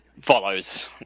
follows